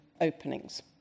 openings